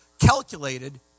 calculated